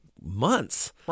months